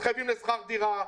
מתחייבים לשכר דירה,